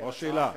או שאלה?